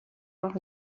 are